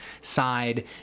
side